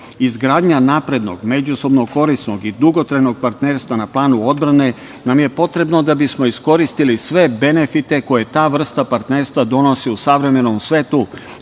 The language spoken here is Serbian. Izgradnja naprednog, međusobno korisnog i dugotrajnog partnerstva na planu odbrane nam je potrebna da bismo iskoristili sve benefite koje ta vrsta partnerstva donosi u savremenom svetu,